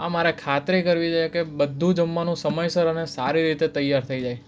આ મારે ખાતરી કરવી છે કે બધું જમવાનું સમયસર અને સારી રીતે તૈયાર થઈ જાય